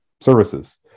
services